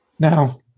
Now